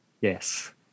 Yes